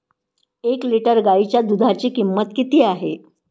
एक लिटर गाईच्या दुधाची किंमत किती आहे?